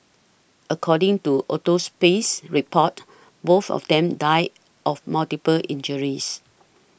according to autopsy reports both of them died of multiple injuries